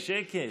אבל יש שקט.